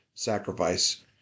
Sacrifice